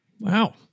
wow